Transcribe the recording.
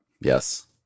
Yes